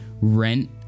rent